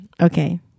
Okay